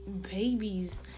Babies